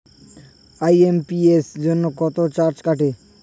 IMPS জন্য কত charge কাটে?